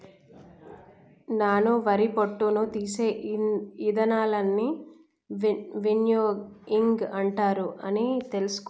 నాను వరి పొట్టును తీసే ఇదానాలన్నీ విన్నోయింగ్ అంటారు అని తెలుసుకున్న